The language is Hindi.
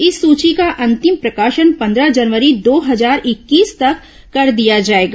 इस सूची का अंतिम प्रकाशन पद्रह जनवरी दो हजार इक्कीस तक कर दिया जाएगा